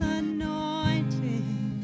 anointing